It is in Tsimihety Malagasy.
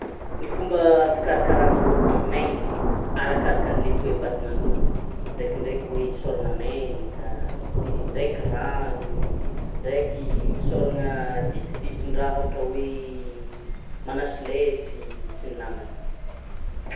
Ny fomba fikarakarana hôditry mainy, arakaraka ny toe-batana an'olo, ndrekindreky hoe hosôrana menaka, ndreky rano, ndreky ditiditin-draha ohatra hoe manasy lite sy ny namany.